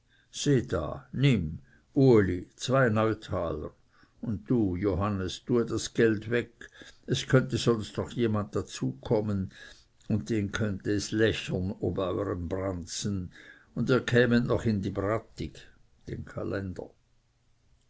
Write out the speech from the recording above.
uli zwei neutaler und du johannes tue das geld weg es könnte sonst noch jemand dazukommen und den könnte es lächern ob eurem branzen und ihr kämet noch in die brattig